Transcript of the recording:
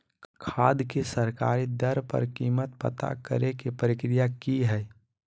खाद के सरकारी दर पर कीमत पता करे के प्रक्रिया की हय?